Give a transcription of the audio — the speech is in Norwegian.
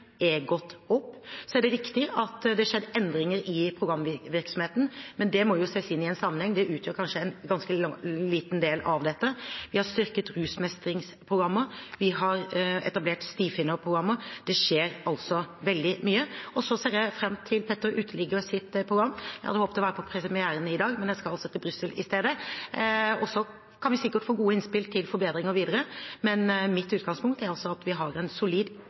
er gått opp. Så er det riktig at det har skjedd endringer i programvirksomheten, men det må ses i en sammenheng. Det utgjør kanskje en ganske liten del av dette. Vi har styrket rusmestringsprogrammer, vi har etablert stifinnerprogrammer – det skjer altså veldig mye. Jeg ser fram til Petter uteliggers program. Jeg hadde håpet å være på premieren i dag, men jeg skal til Brussel i stedet. Vi kan sikkert få gode innspill til forbedringer videre, men mitt utgangspunkt er altså at vi har en solid